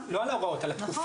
לא על ההוראות, על התקופה.